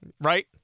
right